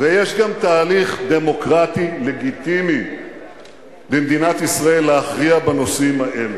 ויש גם תהליך דמוקרטי לגיטימי במדינת ישראל להכריע בנושאים האלה.